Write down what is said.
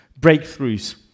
breakthroughs